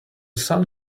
sun